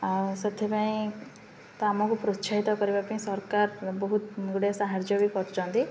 ଆଉ ସେଥିପାଇଁ ତ ଆମକୁ ପ୍ରୋତ୍ସାହିତ କରିବା ପାଇଁ ସରକାର ବହୁତ ଗୁଡ଼ିଏ ସାହାଯ୍ୟ ବି କରିଛନ୍ତି